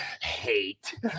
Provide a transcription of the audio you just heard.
hate